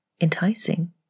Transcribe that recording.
enticing